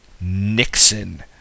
Nixon